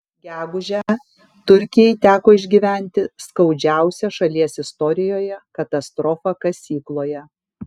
gegužę turkijai teko išgyventi skaudžiausią šalies istorijoje katastrofą kasykloje